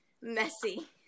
messy